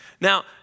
Now